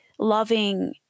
Loving